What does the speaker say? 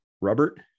Robert